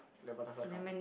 the butterfly come